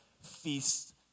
feasts